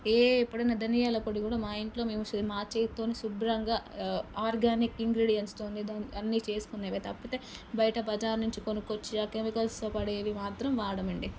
ఏ పొడైనా ధనియాల పొడి కూడా మా ఇంట్లో మేము మా చేతితోనే శుభ్రంగా ఆర్గానిక్ ఇంగ్రీడియన్స్తో అన్ని చేసుకునే తప్పితే బయట బజార్ నుంచి కొనుక్కొని వచ్చి ఆ కెమికల్స్తో పడేవి మాత్రం వాడము అండి